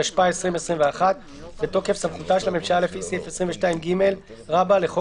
התשפ"א-2021 בתוקף סמכותה של הממשלה לפי סעיף 22ג לחוק